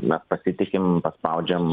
mes pasitikim paspaudžiam